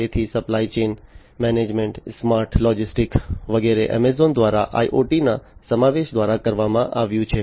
તેથી supply chain management smart logistics વગેરે Amazon દ્વારા iot ના સમાવેશ દ્વારા કરવામાં આવ્યું છે